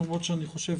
למרות שאני חושב